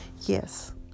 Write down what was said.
Yes